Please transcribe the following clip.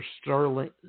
Sterling